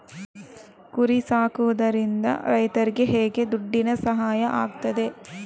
ಕುರಿ ಸಾಕುವುದರಿಂದ ರೈತರಿಗೆ ಹೇಗೆ ದುಡ್ಡಿನ ಸಹಾಯ ಆಗ್ತದೆ?